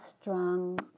strong